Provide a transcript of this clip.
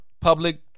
public